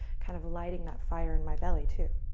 kind of lighting that fire in my belly. too.